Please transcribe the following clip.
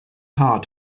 hard